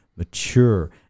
mature